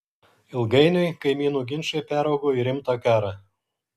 ilgainiui kaimynų ginčai peraugo į rimtą karą